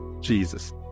Jesus